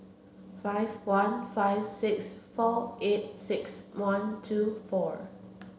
five one five six four eight six one two four